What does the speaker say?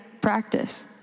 practice